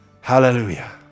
Hallelujah